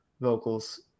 vocals